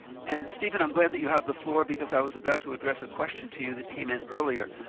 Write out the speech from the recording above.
and steven i'm glad that you have the floor, because i was about to address a question to you that came in earlier.